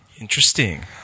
interesting